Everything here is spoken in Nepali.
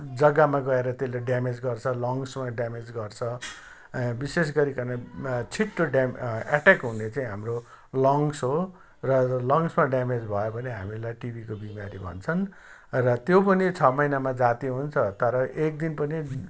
जग्गामा गएर त्यसले ड्यामेज गर्छ लङ्समा ड्यामेज गर्छ विशेष गरिकन छिट्टो ड्यामेज एट्ट्याक हुने चाहिँ हाम्रो लङ्स हो र लङ्समा ड्यामेज भयो भने हामीलाई टिबीको बिमारी भन्छन् र त्यो पनि छ महिनामा जाति हुन्छ तर एक दिन पनि